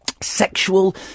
sexual